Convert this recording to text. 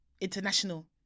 international